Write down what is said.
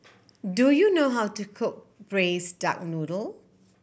do you know how to cook braise duck noodle